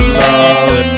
love